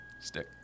stick